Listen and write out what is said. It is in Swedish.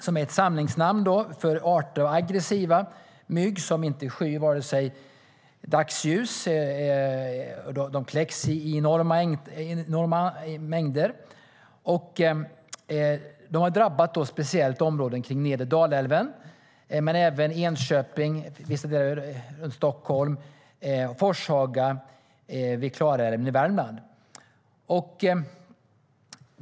Det är ett samlingsnamn för aggressiva myggarter som inte skyr dagsljus. De kläcks i enorma mängder och har särskilt drabbat områden kring nedre Dalälven, men även Enköping, vissa områden runt Stockholm och Forshaga vid Klarälven i Värmland.